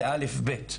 זה א'-ב'.